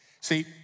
See